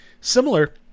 Similar